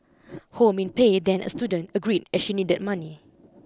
Ho Min Pei then a student agreed as she needed money